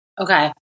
Okay